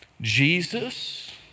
Jesus